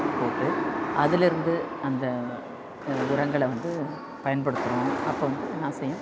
போட்டு அதிலிருந்து அந்த உரங்களை வந்து பயன்படுத்தினோம் அப்போ வந்து என்ன செய்யும்